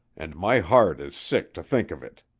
and my heart is sick to think of it.